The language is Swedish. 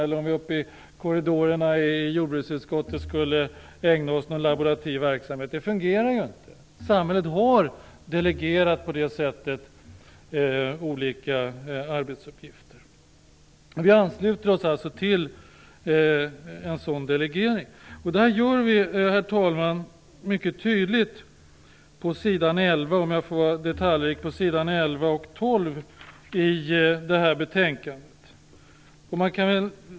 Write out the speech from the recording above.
Eller om vi skulle ägna oss åt laborativ verksamhet uppe i korridorerna kring jordbruksutskottet. Det fungerar ju inte! Samhället har delegerat de uppgifterna till andra, och vi ansluter oss till anhängarna av en sådan delegering. Detta gör vi mycket tydligt på s. 11 och 12 i betänkandet.